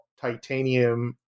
titanium